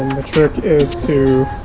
the trick is to